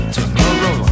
Tomorrow